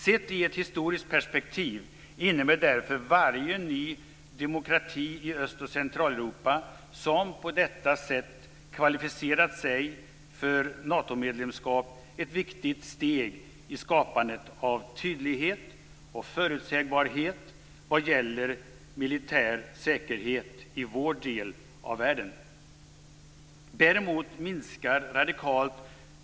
Sett i ett historiskt perspektiv innebär därför varje ny demokrati i Öst och Centraleuropa som på detta sätt kvalificerat sig för Natomedlemskap ett viktigt steg i skapande av tydlighet och förutsägbarhet vad gäller militär säkerhet i vår del av världen.